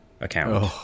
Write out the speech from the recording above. account